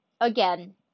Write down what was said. Again